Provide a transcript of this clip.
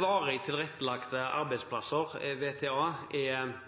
Varig tilrettelagte arbeidsplasser, VTA, er